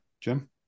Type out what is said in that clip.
Jim